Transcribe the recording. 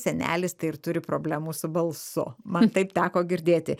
senelis tai ir turi problemų su balsu man taip teko girdėti